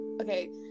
Okay